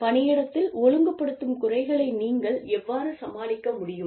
பணியிடத்தில் ஒழுங்குபடுத்தும் குறைகளை நீங்கள் எவ்வாறு சமாளிக்க முடியும்